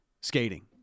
skating